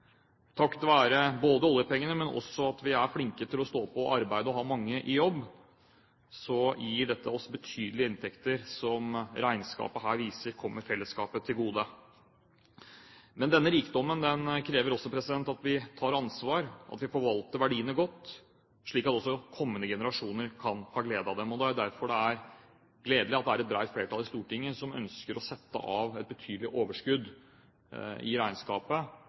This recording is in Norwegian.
være både oljepengene, det at vi er flinke til å stå på og arbeide og har mange i jobb, har vi betydelige inntekter, som regnskapet her viser kommer fellesskapet til gode. Men denne rikdommen krever også at vi tar ansvar, at vi forvalter verdiene godt, slik at også kommende generasjoner kan få glede av dem. Det er derfor gledelig at det er et bredt flertall i Stortinget som ønsker å sette av et betydelig overskudd i regnskapet